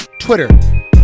Twitter